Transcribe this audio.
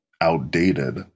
outdated